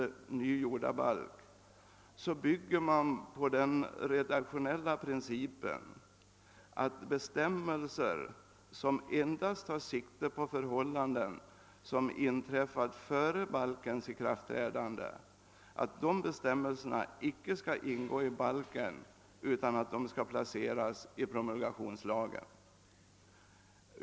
jordabalk bygger man på den redaktionella principen att bestämmeiser som endast tar sikte på förhållanden som inträtt före balkens ikraftträdande icke skall ingå i balken utan placeras i promulgationslagen.